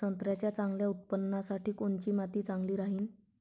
संत्र्याच्या चांगल्या उत्पन्नासाठी कोनची माती चांगली राहिनं?